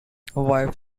cemetery